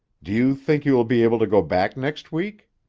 do you think you will be able to go back next week?